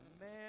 man